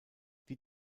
die